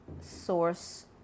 source